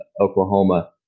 Oklahoma